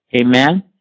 Amen